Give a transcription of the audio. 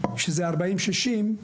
כשזה 40-60,